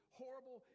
horrible